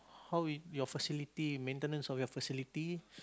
how we your facility the maintenance of your facility